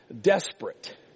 desperate